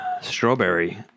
strawberry